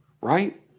right